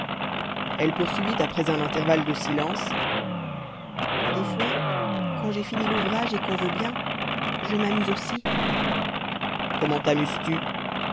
elle poursuivit après un intervalle de silence des fois quand j'ai fini l'ouvrage et qu'on veut bien je m'amuse aussi comment tamuses tu